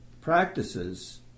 practices